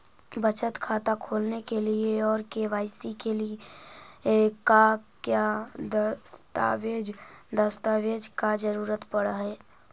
बचत खाता खोलने के लिए और के.वाई.सी के लिए का क्या दस्तावेज़ दस्तावेज़ का जरूरत पड़ हैं?